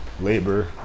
labor